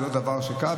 זה לא דבר קל,